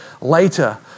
later